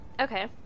Okay